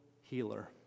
healer